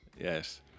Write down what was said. yes